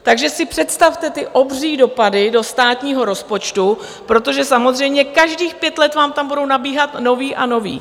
Takže si představte ty obří dopady do státního rozpočtu, protože samozřejmě každých pět let vám tam budou nabíhat noví a noví.